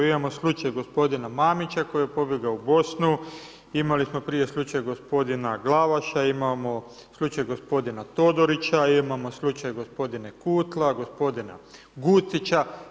Imamo slučaj gospodina Mamića koji je pobjegao u Bosnu, imali smo prije slučaj gospodina Glavaša, imamo slučaj gospodina Todorića, imamo slučaj gospodina Kutla, gospodina Gucića.